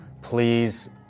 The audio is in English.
please